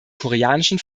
koreanischen